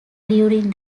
during